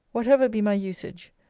whatever be my usage,